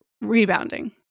rebounding